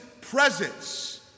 presence